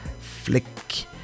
Flick